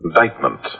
Indictment